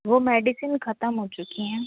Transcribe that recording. वो मेडिसिन ख़त्म हो चूकी है